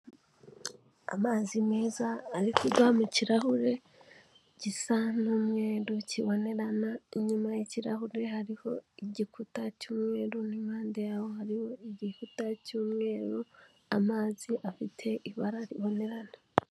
Amazi meza, arikugwa mu kirahure gisa n'umweru kibonerana, inyuma y'ikirahure hariho igikuta cy'umweru, impande yaho hariho igikuta cy'umweru, amazi afite ibara ribonerana.